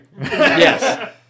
Yes